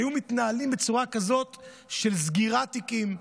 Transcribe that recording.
היו מתנהלים בצורה כזאת של סגירת תיקים,